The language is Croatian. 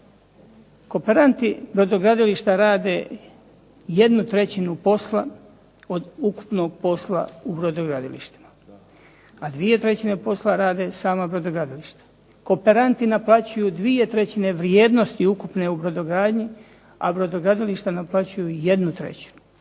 Kooperanti brodogradilišta rade jednu trećinu posla od ukupnog posla u brodogradilištima, a dvije trećine posla rade sama brodogradilišta. Kooperanti naplaćuju dvije trećine vrijednosti ukupne u brodogradnji, a brodogradilišta naplaćuju jednu trećinu